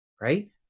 right